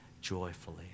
joyfully